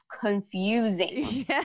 confusing